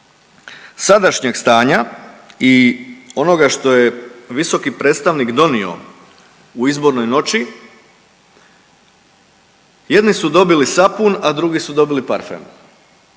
sadašnjeg stanja i onoga što je visoki predstavnik donio u izbornoj noći jedni su dobili sapun, a drugi su dobili parfem,